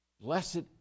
Blessed